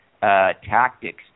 tactics